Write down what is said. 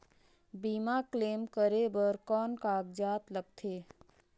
बीमा क्लेम करे बर कौन कागजात लगथे?